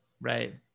Right